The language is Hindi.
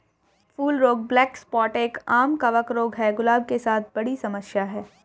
फूल रोग ब्लैक स्पॉट एक, आम कवक रोग है, गुलाब के साथ बड़ी समस्या है